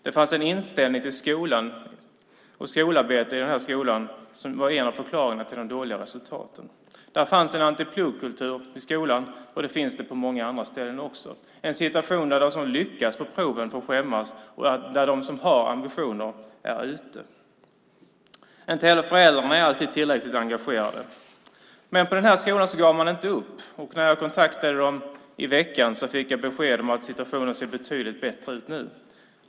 Det fanns en inställning på den här skolan till både skolan och skolarbetet, och det var en av förklaringarna till de dåliga resultaten. Det fanns en antipluggkultur på skolan, och det gör det på många andra ställen också. Det är en situation där de som lyckas på proven får skämmas och där de som har ambitioner är utanför. Inte heller föräldrarna är alltid tillräckligt engagerade. Men på den här skolan gav man inte upp. När jag kontaktade dem i veckan fick jag besked om att situationen nu ser betydligt bättre ut.